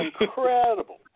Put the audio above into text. incredible